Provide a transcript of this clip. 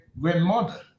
grandmother